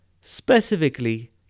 specifically